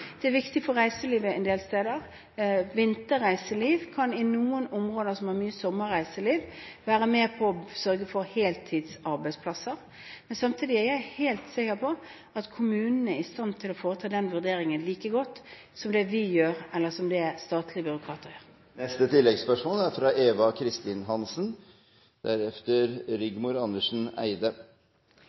Det er viktig for reiselivet en del steder. Vinterreiseliv kan i noen områder, som har mye sommerreiseliv, være med på å sørge for heltidsarbeidsplasser. Men samtidig er jeg helt sikker på at kommunene er i stand til å foreta den vurderingen like godt som det vi gjør, eller som det statlige byråkrater gjør.